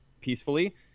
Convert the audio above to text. peacefully